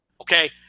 Okay